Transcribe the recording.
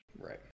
Right